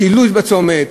שילוט בצומת?